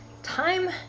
time